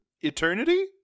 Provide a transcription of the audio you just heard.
eternity